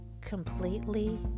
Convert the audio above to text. completely